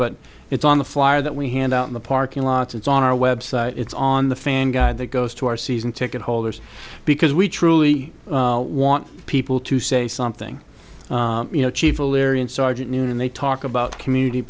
but it's on the flyer that we hand out in the parking lots it's on our website it's on the fan guide that goes to our season ticket holders because we truly want people to say something you know chief a larry and sergeant noonan they talk about community